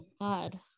god